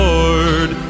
Lord